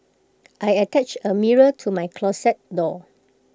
I attached A mirror to my closet door